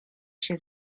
się